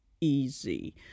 Easy